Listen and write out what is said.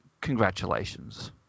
congratulations